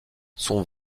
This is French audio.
son